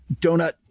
donut